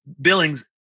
billings